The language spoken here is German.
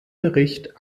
bericht